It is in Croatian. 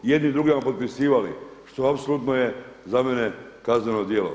Jedni drugima potpisivali, što apsolutno je za mene kazneno djelo.